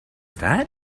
that